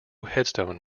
headstone